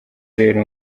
rero